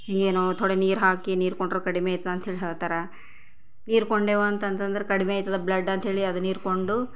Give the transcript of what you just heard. ಈಗೆನೊ ಥೋಡೆ ನೀರು ಹಾಕಿ ನೀರು ಕೊಟ್ರೆ ಕಡಿಮೆ ಆಯ್ತು ಅಂತ ಹೇಳೀ ಹೇಳಾತ್ತಾರ ನೀರು ಕೊಂಡೆವು ಅಂತಂದು ಅಂದ್ರ ಕಡಿಮೆ ಆಯ್ತದ ಬ್ಲಡ್ ಅಂತ ಹೇಳಿ ಅದನ್ನ ಹೀರಿಕೊಂಡು